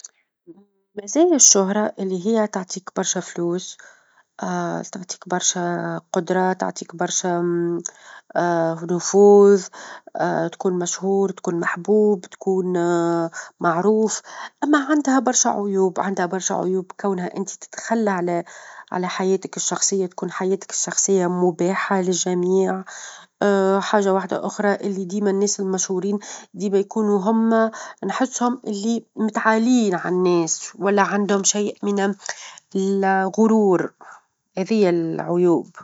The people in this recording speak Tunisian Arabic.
م-مزايا الشهرة اللي هي تعطيك برشا فلوس تعطيك برشا قدرة، تعطيك برشا نفوذ، تكون مشهور، تكون محبوب، تكون معروف، أما -عندها برشا عيوب- عندها برشا عيوب كونها انت تتخلى -على- على حياتك الشخصية تكون حياتك الشخصية مباحة للجميع، حاجة وحدة أخرى اللي ديما الناس المشهورين ديما يكونوا هما نحسهم اللي متعاليين عالناس، ولا عندهم شيء من الغرور هذي هي العيوب.